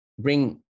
bring